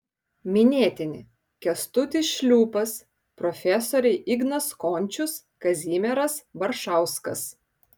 minėtini kęstutis šliūpas profesoriai ignas končius kazimieras baršauskas